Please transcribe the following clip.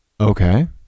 Okay